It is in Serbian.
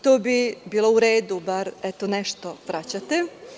To bi bilo u redu, bar eto nešto vraćate.